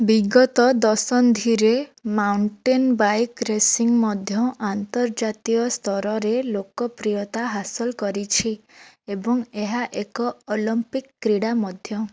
ବିଗତ ଦଶନ୍ଧିରେ mountain bike racing ମଧ୍ୟ ଆନ୍ତର୍ଜାତୀୟ ସ୍ତରରେ ଲୋକ ପ୍ରିୟତା ହାସଲ କରିଛି ଏବଂ ଏହା ଏକ ଅଲିମ୍ପିକ୍ କ୍ରୀଡ଼ା ମଧ୍ୟ